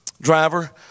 driver